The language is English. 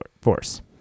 force